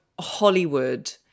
Hollywood